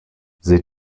sie